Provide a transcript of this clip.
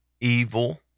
evil